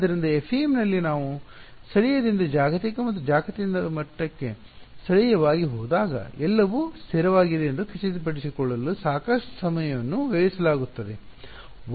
ಆದ್ದರಿಂದ FEM ನಲ್ಲಿ ನಾನು ಸ್ಥಳೀಯದಿಂದ ಜಾಗತಿಕ ಮತ್ತು ಜಾಗತಿಕ ಮಟ್ಟಕ್ಕೆ ಸ್ಥಳೀಯವಾಗಿ ಹೋದಾಗ ಎಲ್ಲವೂ ಸ್ಥಿರವಾಗಿದೆ ಎಂದು ಖಚಿತಪಡಿಸಿಕೊಳ್ಳಲು ಸಾಕಷ್ಟು ಸಮಯವನ್ನು ವ್ಯಯಿಸಲಾಗುತ್ತದೆ